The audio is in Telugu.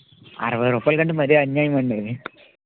అరవై రూపాయలకు అంటే మరి అన్యాయం అండి